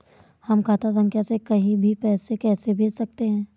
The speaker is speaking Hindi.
हम खाता संख्या से कहीं भी पैसे कैसे भेज सकते हैं?